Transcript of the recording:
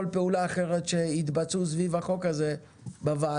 פעולה אחרת שיתבצעו סביב החוק הזה בוועדה.